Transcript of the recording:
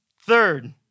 Third